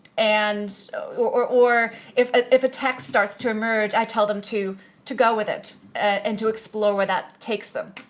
and or or if if a text starts to emerge i tell them to to go with it and to explore with what takes them.